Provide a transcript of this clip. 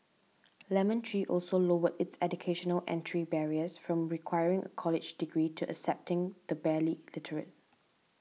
Lemon Tree also lowered its educational entry barriers from requiring a college degree to accepting the barely literate